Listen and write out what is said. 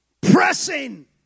Pressing